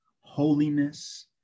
holiness